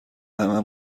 همه